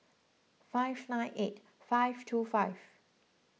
five nine eight five two five